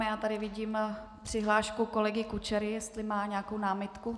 Já tady vidím přihlášku kolegy Kučery, jestli má nějakou námitku.